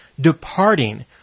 departing